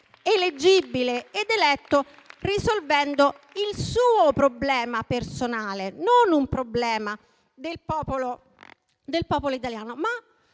eleggibile ed eletto risolvendo un suo problema personale, e non un problema del popolo italiano.